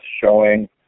showing